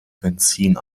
benzin